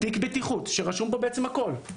תיק בטיחות שרשום בו הכל,